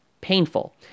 painful